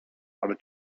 ale